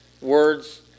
words